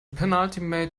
penultimate